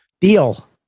deal